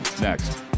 Next